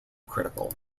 critical